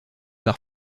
par